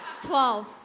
Twelve